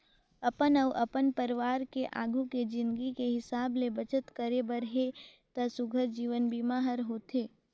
अपन अउ अपन परवार के आघू के जिनगी के हिसाब ले बचत करे बर हे त सुग्घर जीवन बीमा हर होथे